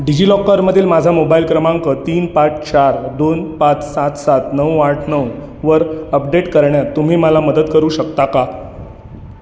डिजिलॉकरमधील माझा मोबाईल क्रमांक तीन पाच चार दोन पाच सात सात नऊ आठ नऊवर अपडेट करण्यात तुम्ही मला मदत करू शकता का